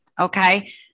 Okay